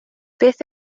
beth